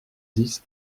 dix